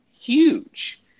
huge